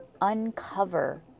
Uncover